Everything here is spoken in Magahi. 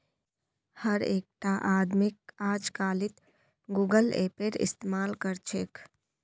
हर एकटा आदमीक अजकालित गूगल पेएर इस्तमाल कर छेक